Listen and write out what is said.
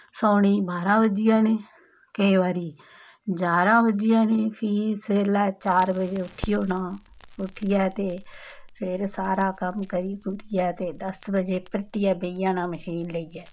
सौने ई बारां बज्जी जाने केईं बारी जारां बज्जी जाने फ्ही सबेल्ला चार बजे उठी होना उट्ठियै ते फिर सारा कम्म करी कुरियै ते दस्स बजे परतियै बेही जाना मशीन लेइयै